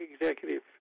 Executive